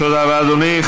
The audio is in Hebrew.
תודה רבה, אדוני.